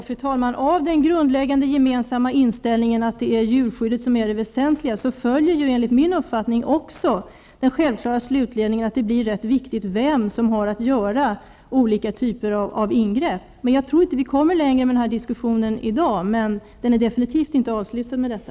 Fru talman! Av den grundläggande gemensamma inställningen att det är djurskyddet som är det väsentliga följer enligt min mening också den själv klara slutledningen att det blir rätt viktigt vem som har att göra olika typer av ingrepp. Jag tror inte att vi kommer längre med diskussionen i dag, men den är definitivt inte avslutad med detta.